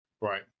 right